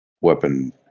weapon